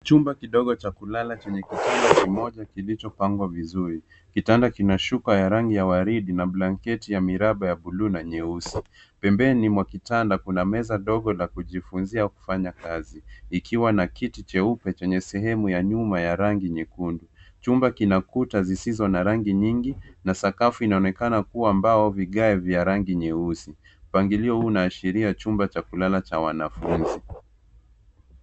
Jumba kidogo cha kulala chenye kitanda kimoja kilicho pangwa vizuri, kitanda kina shuka ya rangi ya waride na blanketi ya miraba ya bluu na nyeusi, pembeni mwa kitanda kuna meza ndogo la kujifunzia kufanya kazi likiwa na kiti cheupe chenye sehemu ya nyuma ya rangi nyekundu, jumba kina ukuta zisizo na rangi nyingi na sakafu inaonekana kuwa mbao vigae vya rangi nyeusi, mpangilio huu unaishiria jumba cha kulala cha wanafunzi.